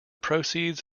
proceeds